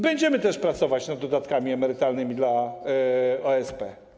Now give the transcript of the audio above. Będziemy też pracować nad dodatkami emerytalnymi dla OSP.